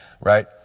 Right